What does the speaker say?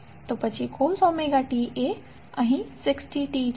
તો પછી cos omega T એ અહીં 60t છે